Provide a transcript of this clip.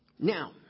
Now